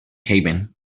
haven